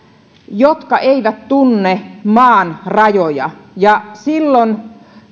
jotka eivät tunne maan rajoja ja silloin